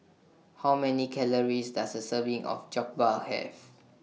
How Many Calories Does A Serving of Jokbal Have